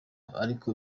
ariko